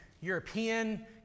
European